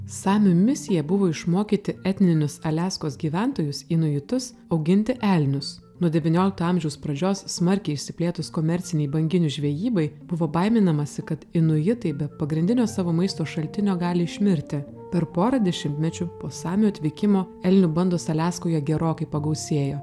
samių misija buvo išmokyti etninius aliaskos gyventojus inuitus auginti elnius nuo devyniolikto amžiaus pradžios smarkiai išsiplėtus komercinei banginių žvejybai buvo baiminamasi kad inuitai be pagrindinio savo maisto šaltinio gali išmirti per porą dešimtmečių po samių atvykimo elnių bandos aliaskoje gerokai pagausėjo